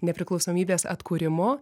nepriklausomybės atkūrimo